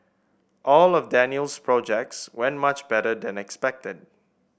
all of Daniel's projects went much better than expected